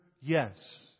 Yes